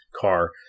car